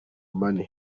money